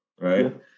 right